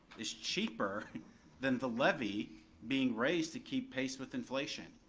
is cheaper than the levy being raised to keep pace with inflation.